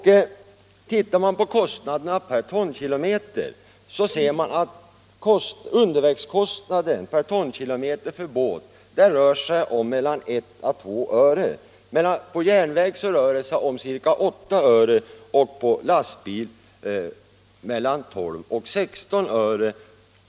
Ser man på kostnaderna per tonkilometer finner man, att undervägskostnaden för båt rör sig om mellan 1 och 2 öre, för järnväg är den ca 8 öre och för lastbil mellan 12 och 16 öre.